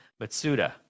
Matsuda